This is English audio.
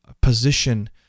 position